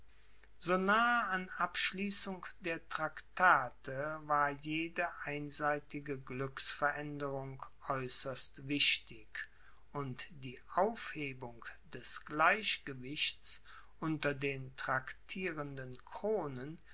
so nahe an abschließung der traktate war jede einseitige glücksveränderung äußerst wichtig und die aufhebung des gleichgewichts unter den traktierenden kronen